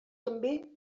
també